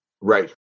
Right